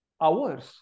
hours